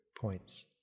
points